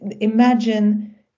imagine